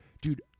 Dude